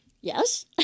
yes